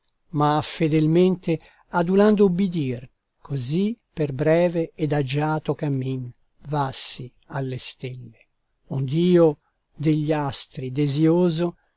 ma fedelmente adulando ubbidir così per breve ed agiato cammin vassi alle stelle ond'io degli astri desioso al